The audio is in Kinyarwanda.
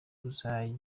kujya